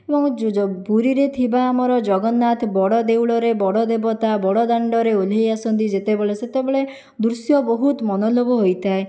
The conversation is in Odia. ଏବଂ ପୁରୀରେ ଥିବା ଆମର ଜଗନ୍ନାଥ ବଡ଼ ଦେଉଳରେ ବଡ଼ ଦେବତା ବଡ଼ ଦାଣ୍ଡରେ ଓଲ୍ହେଇ ଆସନ୍ତି ଯେତେବେଳେ ସେତେବେଳେ ଦୃଶ୍ୟ ବହୁତ ମନୋଲୋଭ ହୋଇଥାଏ